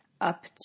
up